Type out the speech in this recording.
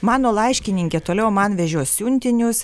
mano laiškininkė toliau man vežios siuntinius